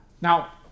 Now